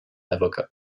avocat